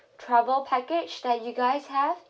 travel package that you guys have